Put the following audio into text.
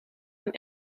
dan